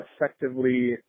effectively